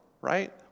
right